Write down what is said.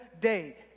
day